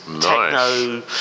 techno